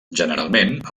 generalment